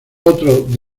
otro